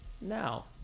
now